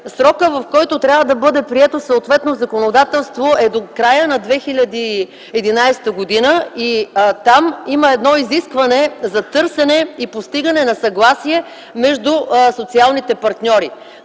срокът, в който трябва да бъде прието съответното законодателство, е до края на 2011 г. Там има едно изискване за търсене и постигане на съгласие между социалните партньори.